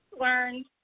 learned